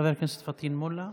פטין מולא,